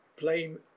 blame